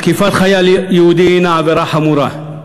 תקיפת חייל יהודי היא עבירה חמורה,